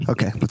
Okay